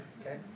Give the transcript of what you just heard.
okay